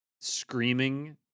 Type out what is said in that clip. screaming